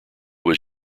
was